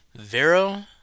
Vero